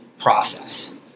process